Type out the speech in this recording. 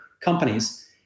companies